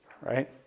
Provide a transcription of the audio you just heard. Right